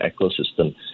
ecosystem